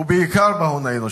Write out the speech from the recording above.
ובעיקר בהון האנושי,